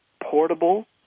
portable